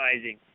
Amazing